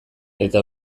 eta